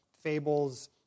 fables